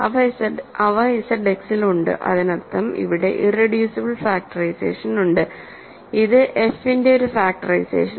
അവ ZX ൽ ഉണ്ട് അതിനർത്ഥം ഇവിടെ ഇറെഡ്യൂസിബിൾ ഫാക്ടറൈസേഷൻ ഉണ്ട് ഇത് f ന്റെ ഒരു ഫാക്ടറൈസേഷനാണ്